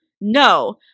no